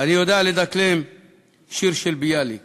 אני יודע לדקלם שיר של ביאליק